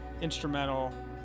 instrumental